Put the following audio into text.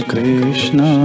Krishna